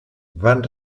van